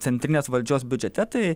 centrinės valdžios biudžete tai